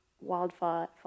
Wildfire